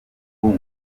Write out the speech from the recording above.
album